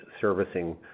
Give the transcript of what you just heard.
servicing